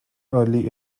early